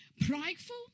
prideful